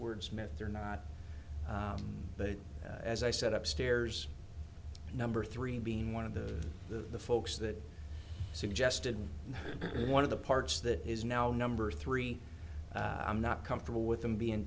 wordsmith or not but as i said up stairs number three being one of the the folks that suggested one of the parts that is now number three i'm not comfortable with them being